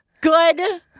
Good